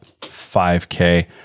5K